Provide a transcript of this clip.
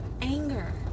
anger